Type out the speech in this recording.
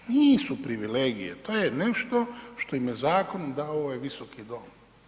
Nisu privilegije, to je nešto što im je zakonom dao ovaj Visoki dom.